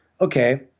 okay